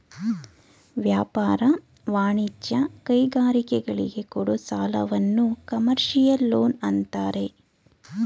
ವ್ಯಾಪಾರ, ವಾಣಿಜ್ಯ, ಕೈಗಾರಿಕೆಗಳಿಗೆ ಕೊಡೋ ಸಾಲವನ್ನು ಕಮರ್ಷಿಯಲ್ ಲೋನ್ ಅಂತಾರೆ